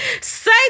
say